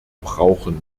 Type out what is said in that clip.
brauchen